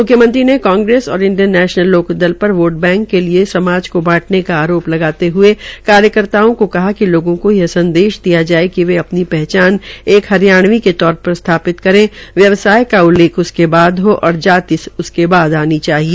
म्ख्यमत्री ने कांग्रेस और इंडियन नैशनल लोकदल पर वोट बैंक के लिये समाज को बांटने का आरोप लगाते हये कार्यकर्ताओं को कहा कि लोगों को यह संदेश दिया जाये वे अपनी पहचान एक हरियाणवी के तौर पर स्थापित करे व्यवसाय का उल्लेख उसके बाद हो और जाति सबके बाद आनी चाहिए